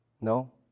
No